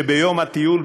שביום הטיול,